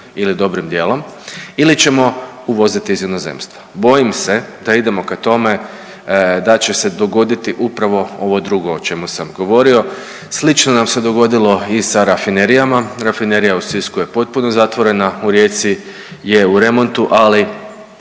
ili dobrim dijelom ili ćemo uvoziti iz inozemstva. Bojim se da idemo ka tome da će se dogoditi upravo ovo drugo o čemu sam govorio. Slično nam se dogodilo i sa rafinerijama. Rafinerija u Sisku je potpuno zatvorena, u Rijeci je u remontu, ali